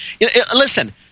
Listen